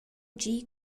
dir